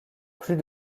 plus